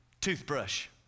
toothbrush